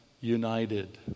united